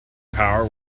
power